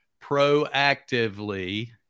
proactively